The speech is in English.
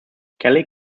kelley